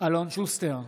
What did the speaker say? אלון שוסטר,